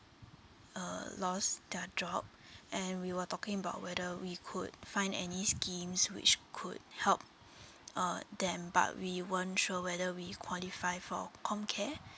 uh lost their job and we were talking about whether we could find any schemes which could help uh them but we weren't sure whether we qualify for comcare